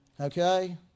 Okay